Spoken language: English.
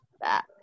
back